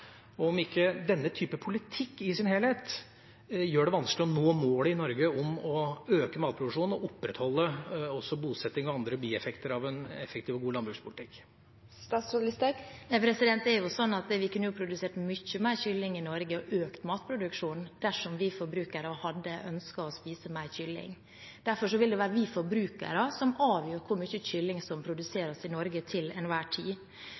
ikke denne typen politikk i sin helhet det vanskelig å nå målet i Norge om å øke matproduksjonen og også å opprettholde bosetting og andre bieffekter av en effektiv og god landbrukspolitikk? Det er jo slik at vi kunne ha produsert mye mer kylling i Norge og økt matproduksjonen dersom vi forbrukere hadde ønsket å spise mer kylling. Derfor vil det være vi forbrukere som avgjør hvor mye kylling som produseres i Norge til enhver tid.